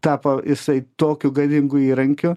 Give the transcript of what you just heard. tapo jisai tokiu galingu įrankiu